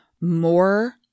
more